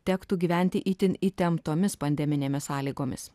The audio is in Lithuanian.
tektų gyventi itin įtemptomis pandeminėmis sąlygomis